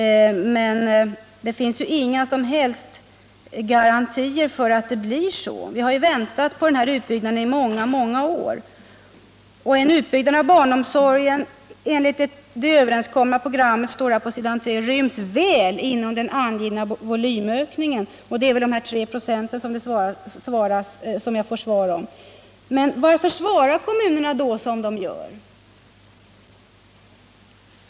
Men det finns ju inga som helst garantier för att det blir så. Vi har väntat på den här utbyggnaden i många många år. ”En utbyggnad av barnomsorgen enligt det överenskomna programmet ryms väl inom den angivna volymökningen”, säger Gabriel Romanus. Det är väl de 3 96 som jag har fått svar om. Men varför svarar kommunerna då som de gör?